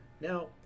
now